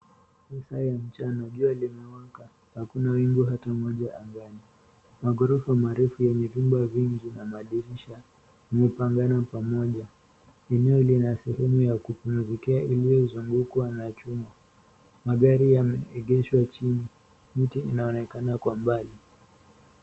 Masaa ya mchana jua limewaka, hakuna wingu hata moja angani. Maghorofa marefu yenye vyumba vingi na madirisha yamepangana pamoja. Eneo lina sehemu ya kupumzikia iliyozungukwa na chuma. Magari yameegeshwa chini, miti inaonekana kwa mbali.